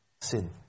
sin